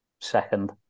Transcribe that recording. Second